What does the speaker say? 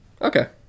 Okay